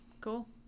Cool